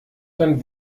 dann